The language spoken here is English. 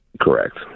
Correct